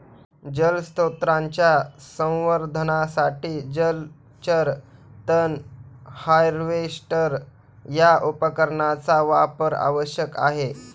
जलस्रोतांच्या संवर्धनासाठी जलचर तण हार्वेस्टर या उपकरणाचा वापर आवश्यक आहे